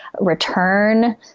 return